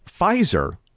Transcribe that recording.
Pfizer